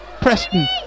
Preston